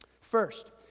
First